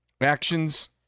actions